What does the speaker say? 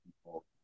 people